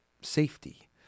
safety